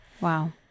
Wow